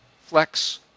flex